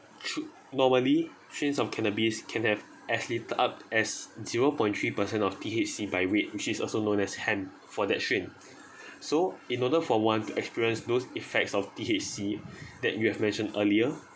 should normally strains of cannabis can have as little up as zero point three percent of T_H_C by weight which is also known as hemp for that strain so in order for one to experience those effects of T_H_C that you have mentioned earlier